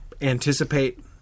anticipate